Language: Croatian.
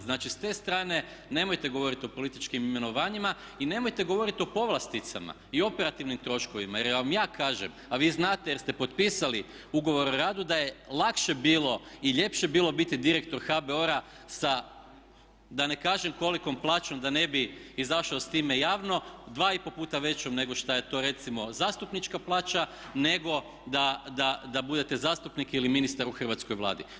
Znači s te strane nemojte govoriti o političkim imenovanjima i nemojte govoriti o povlasticama i operativnim troškovima jer vam ja kažem a vi znate jer ste potpisali ugovor o radu da je lakše bilo i ljepše biti direktor HBOR-a da ne kažem kolikom plaćom, da ne bih izašao s time javno, dva i pol puta većom nego što je to recimo zastupnička plaća nego da budete zastupnik ili ministar u hrvatskoj Vladi.